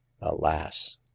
alas